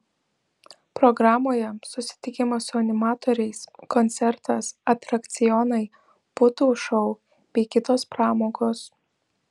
programoje susitikimas su animatoriais koncertas atrakcionai putų šou bei kitos pramogos